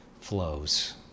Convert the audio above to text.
flows